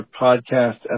podcast